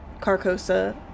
Carcosa